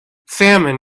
salmon